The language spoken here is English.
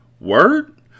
Word